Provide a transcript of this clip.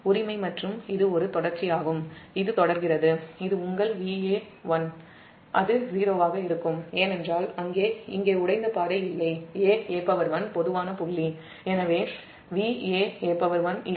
உரிமை மற்றும் இது ஒரு தொடர்ச்சியாகும் இது தொடர்கிறது இது உங்கள் Vaa1 0 ஆக இருக்கும் ஏனென்றால் இங்கே உடைந்த பாதை இல்லை aa1 பொதுவான புள்ளி எனவே Vaa1 0